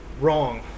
Wrong